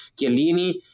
Chiellini